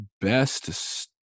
best